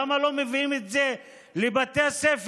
למה לא מביאים את זה לבתי הספר,